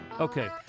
okay